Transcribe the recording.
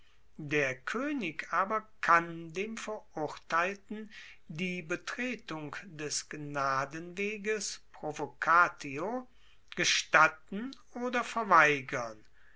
der koenig aber kann dem verurteilten die betretung des gnadenweges provocatio gestatten oder verweigern